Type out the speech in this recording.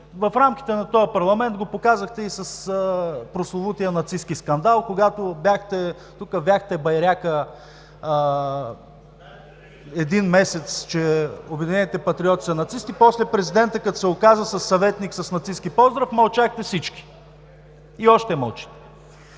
В рамките на този парламент го показахте и с прословутия нацистки скандал, когато тук вяхте байрака един месец, че „Обединените патриоти“ са нацисти, после президентът като се оказа със съветник с нацистки поздрав мълчахте всички. И още мълчите.